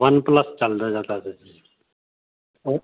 one plus ਚੱਲ ਰਿਹਾ ਜ਼ਿਆਦਾ ਅੱਜ ਜੀ